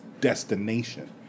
destination